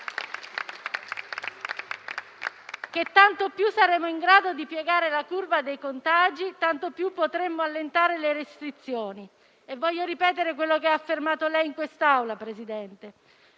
che tanto più saremo in grado di piegare la curva dei contagi, tanto più potremo allentare le restrizioni. Vorrei ripetere quello che ha affermato lei in quest'Aula, signor